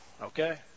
Okay